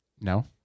No